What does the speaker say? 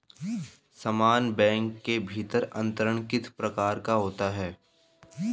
समान बैंक के भीतर अंतरण किस प्रकार का होता है?